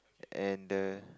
and the